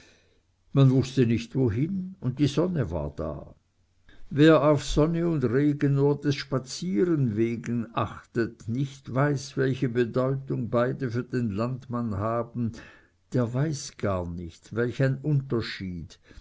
man wußte nicht wohin und die sonne war da wer auf sonne und regen nur des spazierens wegen achtet und nicht weiß welche bedeutung beide für den landmann haben der weiß gar nicht welch unterschied